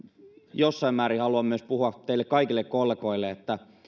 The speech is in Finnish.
jossain määrin haluan myös puhua teille kaikille kollegoille että